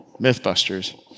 Mythbusters